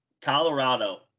Colorado